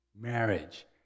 Marriage